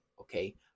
okay